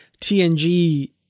TNG